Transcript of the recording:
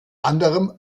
anderem